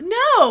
no